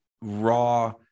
raw